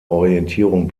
orientierung